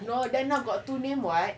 no they now got two name [what]